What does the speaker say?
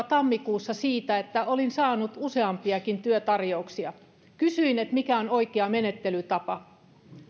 tammikuussa keskustelua siitä että olin saanut useampiakin työtarjouksia kysyin mikä on oikea menettelytapa